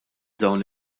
dawn